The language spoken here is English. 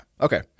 Okay